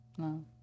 No